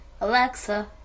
Alexa